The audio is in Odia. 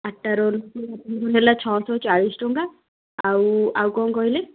ଆଠଟା ରୋଲକୁ ହେଲା ଛଅଶହ ଚାଳିଶଟଙ୍କା ଆଉ ଆଉ କ'ଣ କହିଲେ